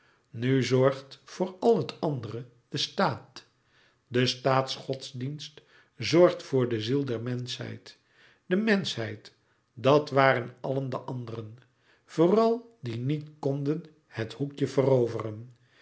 nu zorgt voor al het andere de staat de staatsgodsdienst zorgt voor de ziel der menschheid de menschheid dat waren allen de anderen vooral die niet knden het hoekje veroveren